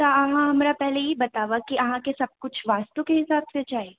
तऽ अहाँ हमरा पहिले ई बताबू कि अहाँकेँ सभ किछु वास्तुके हिसाबसँ चाही